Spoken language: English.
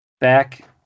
back